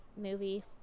movie